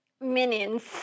Minions